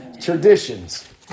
Traditions